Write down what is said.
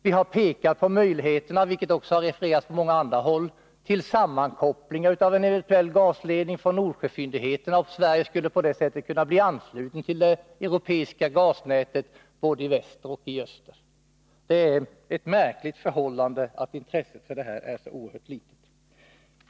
Vi har pekat på möjligheterna, vilket också har refererats på många andra håll, till sammankoppling av en eventuell gasledning från Nordsjöfyndigheterna och att Sverige på det sättet skulle kunna bli anslutet till det europeiska gasnätet både i väster och öster. Det är ett märkligt förhållande att intresset är så oerhört litet.